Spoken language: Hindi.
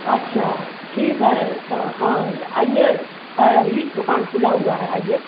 अच्छा ठीक है तो ह आइए यह दुकान खुला हुआ है आइए